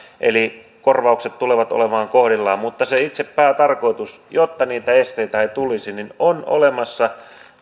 eli korvaukset tulevat olemaan kohdillaan mutta se itse päätarkoitus jotta niitä esteitä ei tulisi on olemassa